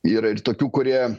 yra ir tokių kurie